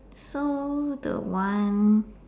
so the one